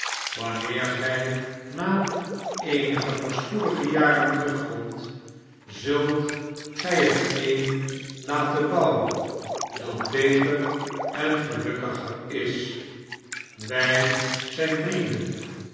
wanneer gij na eenige voorspoedige jaren terugkomt zult gij er een laten bouwen dat beter en gelukkiger is wij zijn vnenden